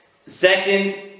Second